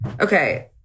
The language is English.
okay